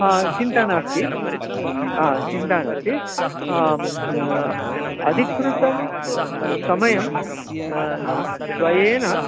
हा चिन्ता नास्ति हा चिन्ता नास्ति अधिकृतं समयं द्वयेन